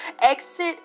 exit